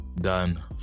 done